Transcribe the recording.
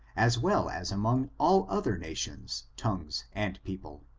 as well as among all other nations, tongues and people.